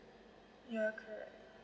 ya correct